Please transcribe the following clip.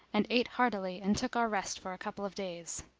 and ate heartily and took our rest for a couple of days.